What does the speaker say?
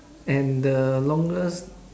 and the longest